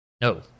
No